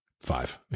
five